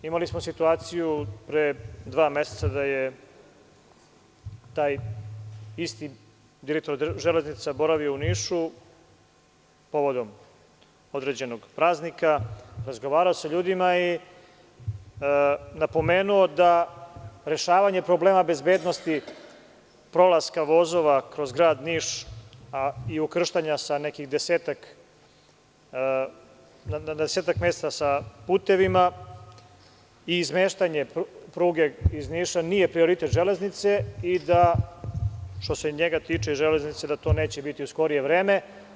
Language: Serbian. Imali smo situaciju pre dva meseca da je taj isti direktor „Železnica“ boravio u Nišu povodom određenog praznika, razgovarao sa ljudima i napomenuo da rešavanje problema bezbednosti prolaska vozova kroz Grad Niš i ukrštanja na nekih desetak mesta sa putevima i izmeštanje pruge iz Niša nije prioritet „Železnice“ i da, što se njega tiče, to neće biti u skorije vreme.